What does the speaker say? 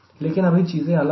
लेकिन अभी चीजें अलग है